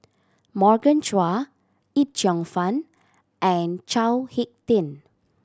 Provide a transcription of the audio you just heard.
Morgan Chua Yip Cheong Fun and Chao Hick Tin